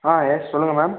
ஆ yes சொல்லுங்கள் ma'am